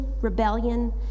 rebellion